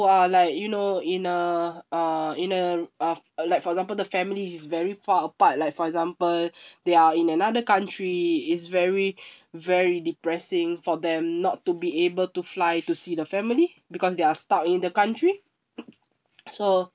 !wah! like you know in a uh in a uh like for example the family is very far apart like for example they are in another country it's very very depressing for them not to be able to fly to see the family because they're stuck in the country so